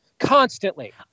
constantly